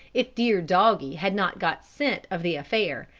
if dear doggy had not got scent of the affair,